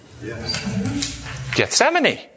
Gethsemane